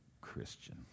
Christian